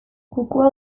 kukua